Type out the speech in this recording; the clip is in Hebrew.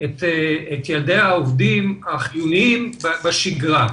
את ילדי העובדים החיוניים בשגרה.